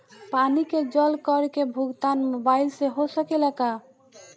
पानी के जल कर के भुगतान मोबाइल से हो सकेला का?